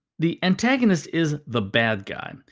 the antagonist is the bad guy.